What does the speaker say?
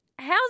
How's